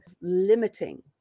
limiting